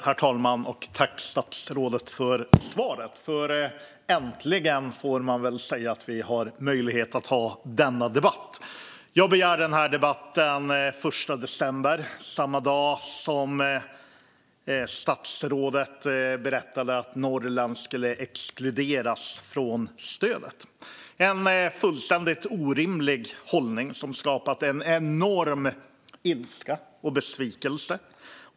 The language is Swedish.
Herr talman! Tack, statsrådet, för svar! Äntligen, får man väl säga, får vi möjlighet att ha denna debatt. Jag begärde den här debatten den 1 december - samma dag som statsrådet berättade att Norrland skulle exkluderas från stöd. Detta är en fullständigt orimlig hållning som skapat en enorm ilska och besvikelse.